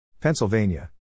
Pennsylvania